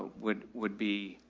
would, would be,